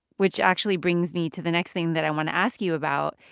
which actually brings me to the next thing that i want to ask you about.